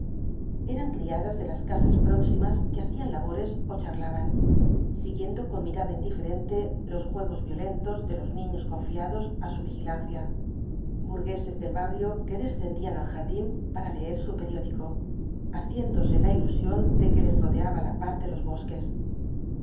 eran criasas de las casas próximas que hacían labores ó charlaban siguiendo con mirada indiferente los juegos violentos de los niños confiados á su vigilancia burgueses del barrio que descendían al jar din para leer su periódico haciéndose la ilusión de que les rodeaba la paz de los bosques